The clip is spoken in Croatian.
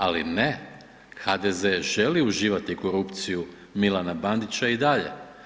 Ali ne, HDZ želi uživati korupciju Milana Bandića i dalje.